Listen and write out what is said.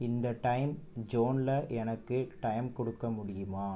இந்த டைம் ஜோனில் எனக்கு டைம் கொடுக்க முடியுமா